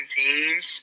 teams